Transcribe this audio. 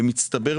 במצטבר,